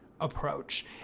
approach